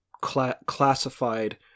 classified